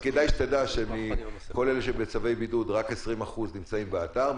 כדאי שתדע שכל אלה שהם בצווי בידוד רק 20% נמצאים באתר,